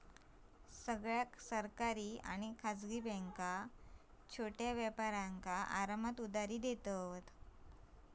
सगळ्या सरकारी आणि खासगी बॅन्का छोट्या व्यापारांका आरामात उधार देतत